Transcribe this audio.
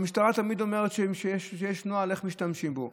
והמשטרה תמיד אומרת שיש נוהל איך משתמשים בו.